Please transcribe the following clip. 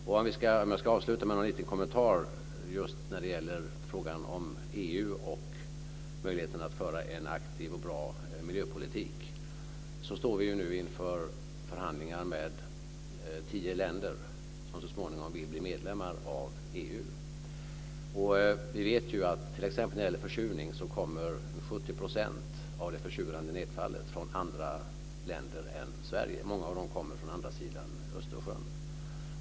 Jag vill avsluta med en liten kommentar som gäller frågan om EU och möjligheten att föra en aktiv och bra miljöpolitik. Vi står nu inför förhandlingar med tio länder som så småningom vill bli medlemmar av EU. Vi vet att när det t.ex. gäller försurning kommer 70 % av det försurande nedfallet från andra länder än Sverige - många av dem på andra sidan Östersjön.